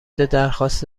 درخواست